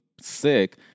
sick